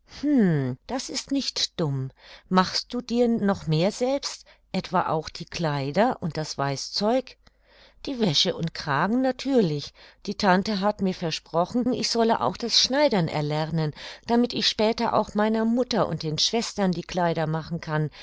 das ist nicht dumm machst du dir noch mehr selbst auch etwa die kleider und das weißzeug die wäsche und kragen natürlich und die tante hat mir versprochen ich solle auch das schneidern erlernen damit ich später auch meiner mutter und den schwestern die kleider machen kann